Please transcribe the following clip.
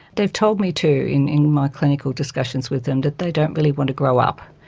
they've told me too in in my clinical discussions with them that they don't really want to grow up.